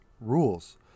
rules